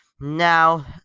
Now